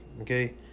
okay